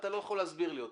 אתה לא יכול להסביר לי אותה.